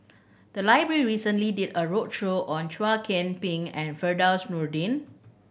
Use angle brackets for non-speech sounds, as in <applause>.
the library recently did a roadshow on Chow <unintelligible> Ping and Firdaus Nordin